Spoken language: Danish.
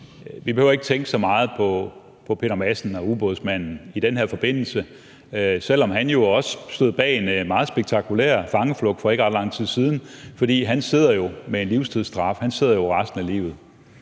behøver at tænke så meget på Peter Madsen, Ubådsmanden, i den her forbindelse, selv om han jo også stod bag en meget spektakulær fangeflugt for ikke ret lang tid siden. For han sidder jo med en livstidsstraf, han sidder jo resten af livet.